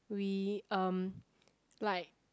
we um like